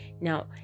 now